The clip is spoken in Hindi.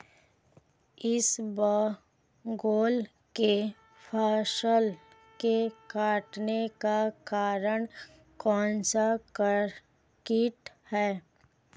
इसबगोल की फसल के कटने का कारण कौनसा कीट है?